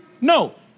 No